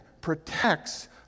protects